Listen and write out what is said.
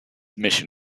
mission